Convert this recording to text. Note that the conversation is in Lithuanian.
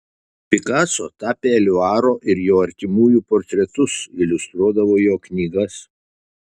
pikaso tapė eliuaro ir jo artimųjų portretus iliustruodavo jo knygas